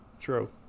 True